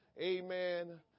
amen